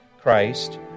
Christ